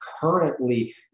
currently